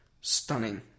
stunning